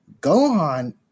gohan